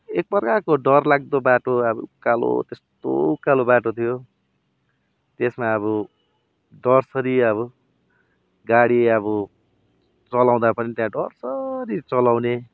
एकप्रकारको डरलाग्दो बाटो अब उकालो त्यस्तो उकालो बाटो थियो त्यसमा अब डरसरी अब गाडी अब चलाउँदा पनि त्यहाँ डरसरी चलाउने